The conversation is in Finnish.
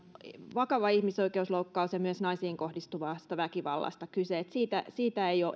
vakava ihmisoikeusloukkaus ja myös naisiin kohdistuvasta väkivallasta on kyse siitä siitä ei ole